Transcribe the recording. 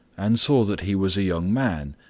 and saw that he was a young man,